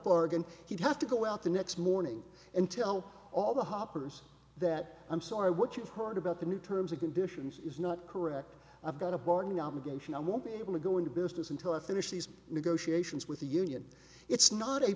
bargain he'd have to go out the next morning and tell all the hoppers that i'm sorry what you've heard about the new terms and conditions is not correct i've got a bargain obligation i won't be able to go into business until i finish these negotiations with the union it's not a